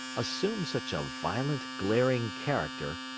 assumes such a violent, glaring character,